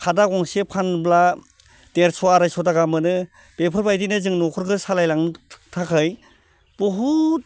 खादा गंसे फानोब्ला देरस' आरायस' ताका मोनो बेफोरबायदिनो जों न'खरखौ सालायलांनो थाखाय बहुत